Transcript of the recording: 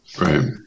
right